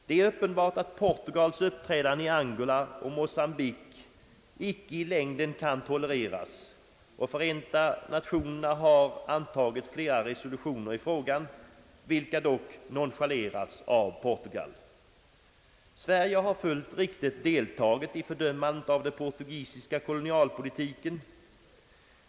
Det är uppenbart att Portugals uppträdande i Angola och Mocambique icke i längden kan tolereras, och Förenta Nationerna har antagit flera resolutioner i frågan, vilka dock non Ang. Sveriges utrikespolitik chalerats av Portugal. Sverige har fullt riktigt deltagit i fördömandet av den portugisiska = kolonialpolitiken.